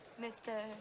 Mr